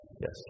Yes